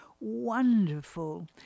wonderful